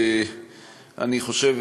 אני חושב,